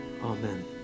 Amen